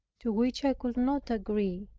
to which i could not agree